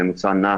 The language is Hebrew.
הממוצע נע